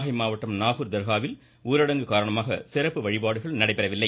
நாகை மாவட்டம் நாகூர் தர்காவில் ஊரடங்கு காரணமாக சிறப்பு வழிபாடுகள் நடைபெறவில்லை